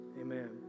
amen